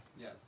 Yes